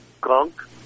gunk